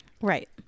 Right